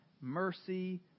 mercy